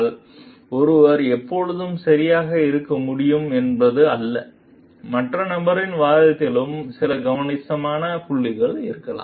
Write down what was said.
எனவே ஒருவர் எப்போதும் சரியாக இருக்க முடியும் என்பது அல்ல மற்ற நபரின் வாதத்திலும் சில கணிசமான புள்ளி இருக்கலாம்